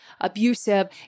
abusive